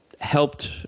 helped